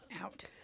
out